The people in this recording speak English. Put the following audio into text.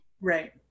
Right